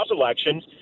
elections